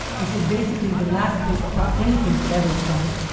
which is basically the last place i thought anything could ever start.